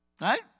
right